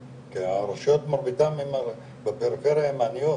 הרשויות רובן בפריפריה הן עניות,